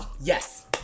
yes